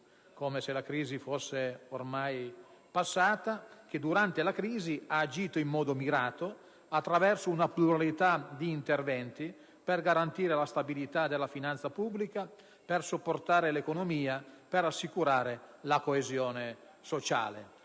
come se essa fosse ormai passata - ha agito in modo mirato, attraverso una pluralità di interventi, per garantire la stabilità della finanza pubblica, per supportare l'economia e per assicurare la coesione sociale.